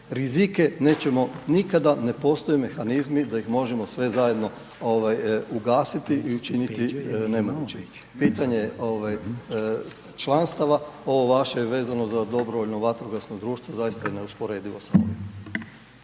Rizike nećemo nikada, ne postoje mehanizmi da ih možemo sve zajedno ovaj, ugasiti i učiniti nemogućim. Pitanje je članstava, ovo vaše vezano za DVD zaista je neusporedivo sa ovim.